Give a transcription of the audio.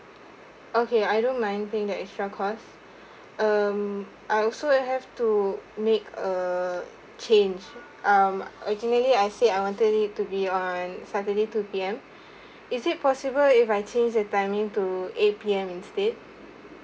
okay I don't mind paying the extra costs um I also would have to make a change um originally I say I wanted it to be on saturday two P_M is it possible if I change the timing to eight P_M instead